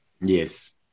yes